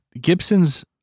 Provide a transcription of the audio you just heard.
Gibsons